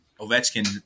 Ovechkin –